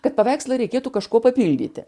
kad paveikslą reikėtų kažkuo papildyti